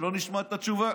שלא נשמע את התשובה.